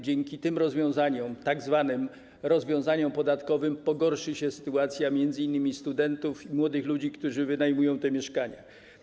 Dzięki tym rozwiązaniom, tzw. rozwiązaniom podatkowym, pogorszy się sytuacja m.in. studentów i młodych ludzi, którzy wynajmują te mieszkania.